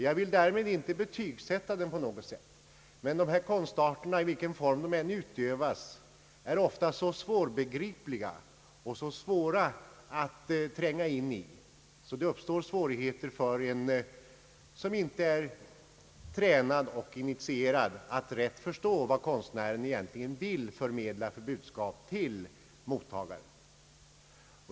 Jag vill därmed inte betygsätta den på något sätt, men konstarterna, i vilken form de än utövas, är ofta så svårbegripliga och så svåra att tränga in i, att det uppstår svårigheter för en som inte är tränad och initierad att rätt förstå vad konstnären egentligen vill förmedla för budskap till mottagaren.